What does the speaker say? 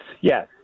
yes